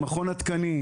עם מכון התקנים,